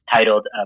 titled